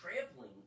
trampling